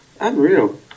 Unreal